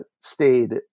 stayed